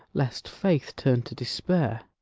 lest faith turn to despair.